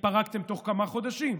התפרקתם תוך כמה חודשים,